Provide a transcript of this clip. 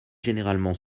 généralement